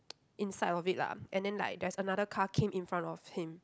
inside of it lah and then like there's another car came in front of him